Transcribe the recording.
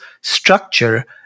structure